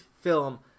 film